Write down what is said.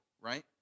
right